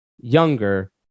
younger